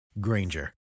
Granger